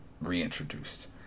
reintroduced